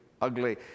ugly